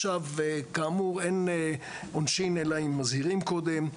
עכשיו כאמור אין עונשין אלא אם מזהירים קודם.